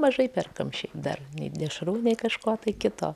mažai perkam šiaip dar nei dešrų nei kažko tai kito